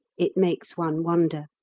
it makes one wonder.